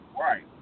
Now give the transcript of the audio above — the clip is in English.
Right